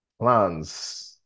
plans